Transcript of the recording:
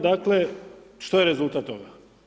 Dakle što je rezultat toga?